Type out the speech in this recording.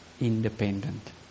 independent